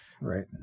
right